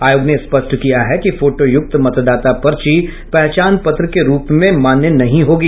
आयोग ने स्पष्ट किया है कि फोटोयुक्त मतदाता पर्ची पहचान पत्र के रूप में मान्य नहीं होगी